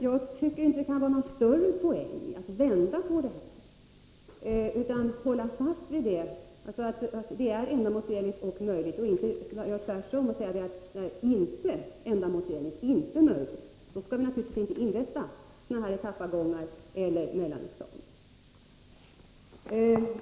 Jag tycker inte att det är någon större poäng att ändra på detta utan att man istället håller fast vid att det är ändamålsenligt och möjligt och inte gör tvärs om och säger att det inte är ändamålsenligt och inte är möjligt. Då skall vi naturligtvis inte inrätta etappavgångar eller mellanexamina.